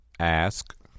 Ask